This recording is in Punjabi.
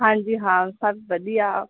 ਹਾਂਜੀ ਹਾਂ ਸਭ ਵਧੀਆ